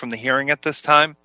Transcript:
from the hearing at this time